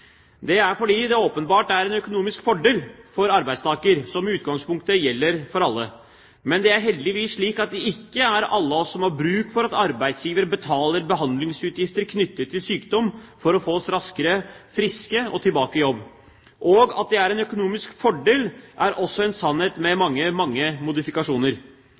er åpenbart fordi det er en økonomisk fordel for arbeidstaker som i utgangspunktet gjelder for alle, men det er heldigvis slik at ikke alle av oss har bruk for at arbeidsgiver betaler behandlingsutgifter knyttet til sykdom for å få oss raskere friske og tilbake i jobb. At det er en økonomisk fordel, er også en sannhet med mange modifikasjoner.